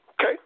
Okay